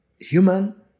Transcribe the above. Human